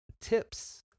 tips